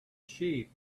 sheep